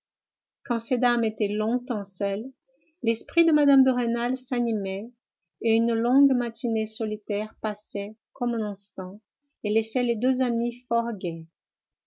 quand ces dames étaient longtemps seules l'esprit de mme de rênal s'animait et une longue matinée solitaire passait comme un instant et laissait les deux amies fort gaies